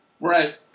Right